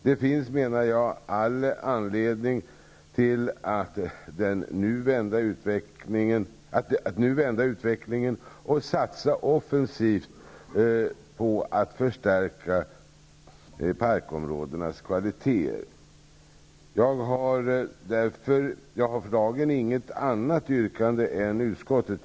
Det finns, menar jag, all anledning att nu vända utvecklingen och satsa offensivt på att förstärka parkområdenas kvalitet. För dagen har jag inget annat yrkande än utskottets.